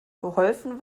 geholfen